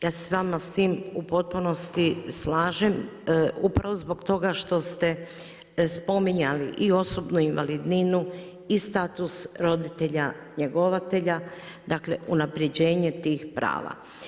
Ja se s vama s tim u potpunosti slažem upravo zbog toga što ste spominjali i osobnu invalidninu i status roditelja njegovatelja, dakle unapređenje tih prava.